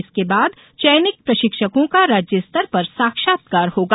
इसके बाद चयनित प्रशिक्षकों का राज्य स्तर पर साक्षात्कार होगा